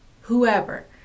whoever